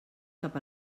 cap